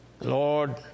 Lord